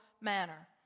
manner